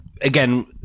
again